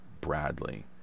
Bradley